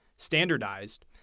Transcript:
standardized